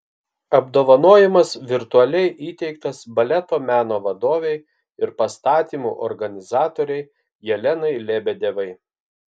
apdovanojimas virtualiai įteiktas baleto meno vadovei ir pastatymų organizatorei jelenai lebedevai